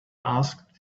asked